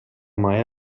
mai